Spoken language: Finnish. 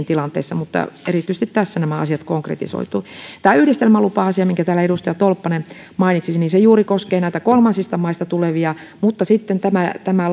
tilanteissa mutta erityisesti tässä nämä asiat konkretisoituivat tämä yhdistelmälupa asia minkä täällä edustaja tolppanen mainitsi juuri koskee näitä kolmansista maista tulevia mutta sitten tämä tämä